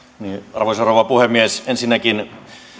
arvoisa rouva puhemies ensinnäkin